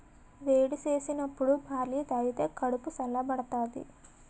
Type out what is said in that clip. వేడి సేసినప్పుడు బార్లీ తాగిదే కడుపు సల్ల బడతాది